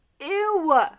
Ew